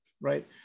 right